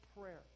prayer